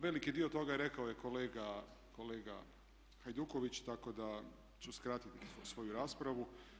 Veliki dio toga rekao je kolega Hajduković, tako da ću skratiti svoju raspravu.